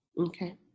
Okay